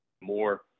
more